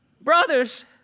Brothers